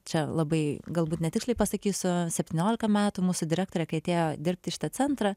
čia labai galbūt netiksliai pasakysiu septyniolika metų mūsų direktorė kai atėjo dirbti į šitą centrą